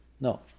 No